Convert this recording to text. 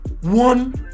one